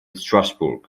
strasbourg